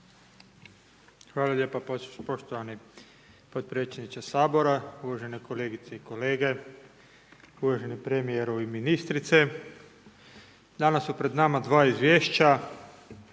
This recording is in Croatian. Hvala lijepa poštovani potpredsjedniče Sabora, uvažane kolegice i kolege, uvaženi Premijeru i ministrice. Danas su pred nama 2 Izvješća,